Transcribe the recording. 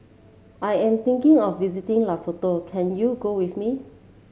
I am thinking of visiting Lesotho can you go with me